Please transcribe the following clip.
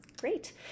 Great